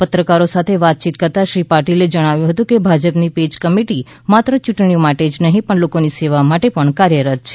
પત્રકારો સાથે વાતચીત કરતાં શ્રી પાટિલે જણાવ્યું હતું કે ભાજપની પેજ કમિટી માત્ર ચૂંટણીઓ માટે નહીં પણ લોકોની સેવા માટે પણ કાર્યરત છે